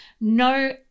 no